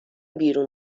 بیرون